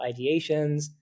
ideations